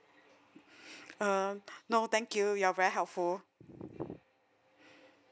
uh no thank you you're very helpful